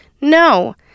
No